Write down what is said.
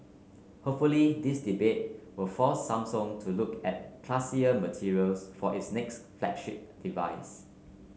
hopefully this debate will force Samsung to look at classier materials for its next flagship device